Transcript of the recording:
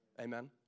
amen